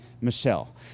Michelle